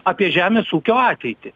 apie žemės ūkio ateitį